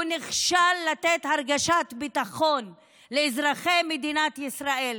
הוא נכשל בלתת הרגשת ביטחון לאזרחי מדינת ישראל,